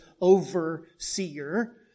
overseer